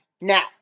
now